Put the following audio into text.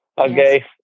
okay